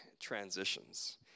transitions